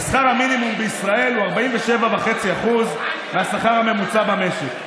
ושכר המינימום בישראל הוא 47.5% מהשכר הממוצע במשק.